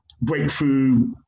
breakthrough